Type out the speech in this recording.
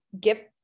gift